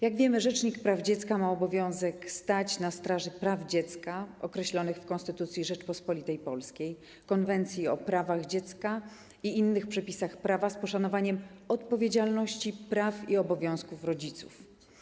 Jak wiemy, rzecznik praw dziecka ma obowiązek stać na straży praw dziecka określonych w Konstytucji Rzeczypospolitej Polskiej, Konwencji o prawach dziecka i innych przepisach prawa, z poszanowaniem odpowiedzialności praw i obowiązków rodziców.